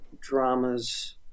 dramas